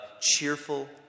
cheerful